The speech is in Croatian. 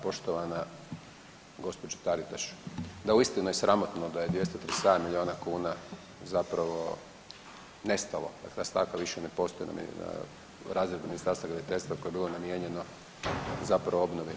Poštovana gospođo Taritaš, da uistinu je sramotno da je 237 miliona kuna zapravo nestalo jer ta stavka više ne postoji na razredu Ministarstva graditeljstva koje je bilo namijenjeno zapravo obnovi.